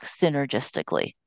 synergistically